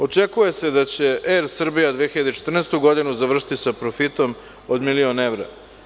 Očekuje se da će „Er Srbija“ 2014. godinu završiti sa profitom od milion evra.